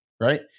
right